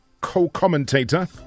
co-commentator